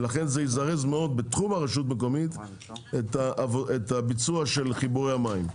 ולכן זה יזרז מאוד בתחום הרשות המקומית את הביצוע של חיבורי המים.